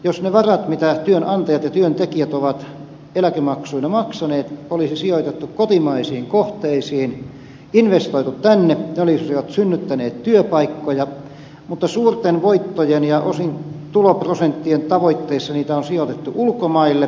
jos ne varat mitä työnantajat ja työntekijät ovat eläkemaksuina maksaneet olisi sijoitettu kotimaisiin kohteisiin investoitu tänne ne olisivat synnyttäneet työpaikkoja mutta suurten voittojen ja tuloprosenttien tavoittelussa niitä on sijoitettu ulkomaille